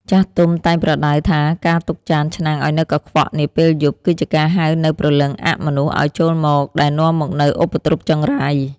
ចាស់ទុំតែងប្រដៅថាការទុកចានឆ្នាំងឱ្យនៅកខ្វក់នាពេលយប់ គឺជាការហៅនូវព្រលឹងអមនុស្សឱ្យចូលមកដែលនាំមកនូវឧបទ្រពចង្រៃ។